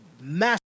massive